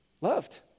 loved